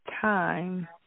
time